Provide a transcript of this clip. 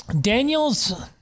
Daniel's